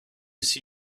see